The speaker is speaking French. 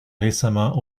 récemment